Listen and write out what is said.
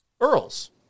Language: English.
Earl's